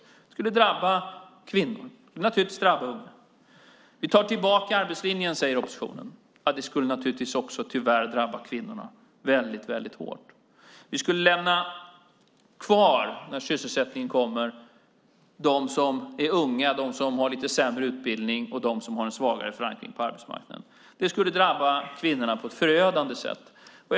Det skulle drabba kvinnor och unga. Vi tar tillbaka arbetslinjen, säger oppositionen. Det skulle tyvärr också drabba kvinnorna väldigt hårt. Vi skulle när sysselsättningen kommer lämna kvar dem som är unga, dem som har en lite sämre utbildning och dem som har en svagare förankring på arbetsmarknaden. Det skulle drabba kvinnorna på ett förödande sätt.